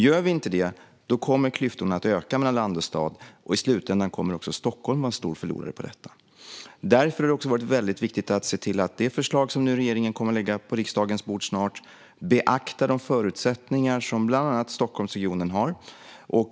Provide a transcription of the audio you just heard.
Gör vi inte det kommer klyftorna mellan land och stad att öka, och i slutändan kommer också Stockholm att vara en stor förlorare på detta. Därför har det varit väldigt viktigt att se till att det förslag som regeringen snart kommer att lägga på riksdagens bord beaktar de förutsättningar som bland annat Stockholmsregionen har.